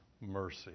mercy